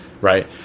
right